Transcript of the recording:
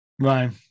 Right